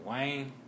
Wayne